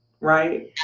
right